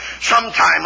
Sometime